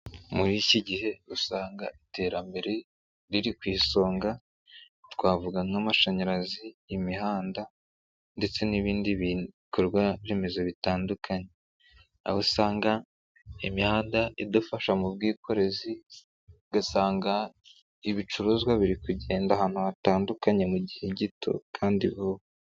Muri iki gihe usanga iterambere riri ku isonga, twavuga nk'amashanyarazi, imihanda ndetse n'ibindi bikorwaremezo bitandukanye, aho usanga imihanda idufasha mu bwikorezi, ugasanga ibicuruzwa biri kugenda ahantu hatandukanye mu gihe gito kandi vuba.